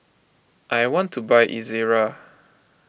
I want to buy Ezerra